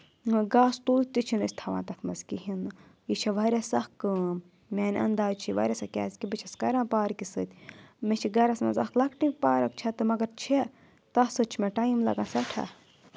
گاسہٕ تُل تہِ چھِنہٕ أسۍ تھاوان تَتھ منٛز کِہیٖنۍ نہٕ یہِ چھےٚ واریاہ سخ کٲم میانہِ اَنداز چھِ واریاہ سا کیازکہِ بہٕ چھَس کَران پارکہِ سۭتۍ مےٚ چھِ گَرَس منٛز اَکھ لَکٹِکہِ پارک چھےٚ تہٕ مگر چھےٚ تَتھ سۭتۍ چھُ مےٚ ٹایِم لَگان سؠٹھاہ